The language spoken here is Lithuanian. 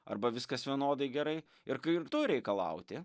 arba viskas vienodai gerai ir kai kitų reikalauti